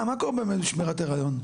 מה קורה באמת בשמירת הריון?